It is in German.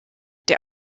der